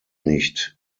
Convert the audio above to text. nicht